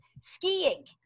skiing